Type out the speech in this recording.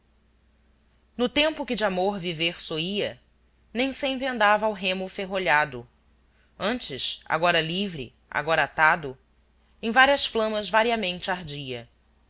no tempo que de amor viver soía nem sempre andava ao remo ferrolhado antes agora livre agora atado em várias flamas variamente ardia